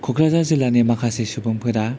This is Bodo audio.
कक्राझार जिल्लानि माखासे सुबुंफोरा